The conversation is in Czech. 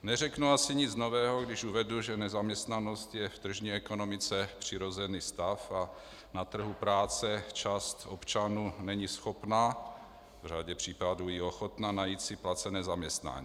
Neřeknu asi nic nového, když uvedu, že nezaměstnanost je v tržní ekonomice přirozený stav a na trhu práce část občanů není schopna, v řadě případů i ochotna najít si placené zaměstnání.